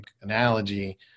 analogy